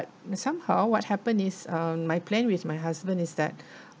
somehow what happen is um my plan with my husband is that